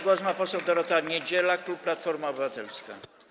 Głos ma poseł Dorota Niedziela, klub Platforma Obywatelska.